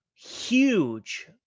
Huge